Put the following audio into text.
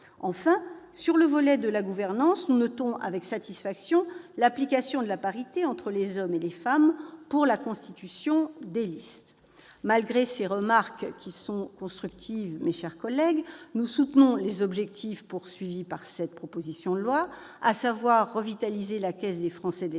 Enfin, s'agissant du volet de la gouvernance, nous notons avec satisfaction l'application de la parité entre les hommes et les femmes pour la constitution des listes. Malgré ces remarques constructives, nous soutenons les objectifs poursuivis avec cette proposition de loi, à savoir revitaliser la Caisse des Français de